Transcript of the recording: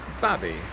bobby